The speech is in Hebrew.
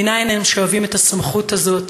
מנין הם שואבים את הסמכות הזאת?